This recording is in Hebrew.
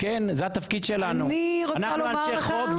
אני אומר את זה, זה